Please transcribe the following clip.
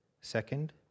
Second